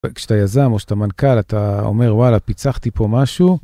וכשאתה יזם או שאתה מנכ"ל אתה אומר וואלה פיצחתי פה משהו.